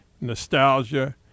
Nostalgia